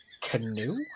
Canoe